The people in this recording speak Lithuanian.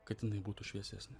kad jinai būtų šviesesnė